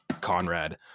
Conrad